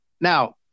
Now